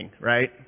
right